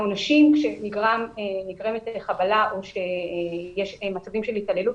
העונשים כשנגרמת חבלה או שיש מצבים של התעללות,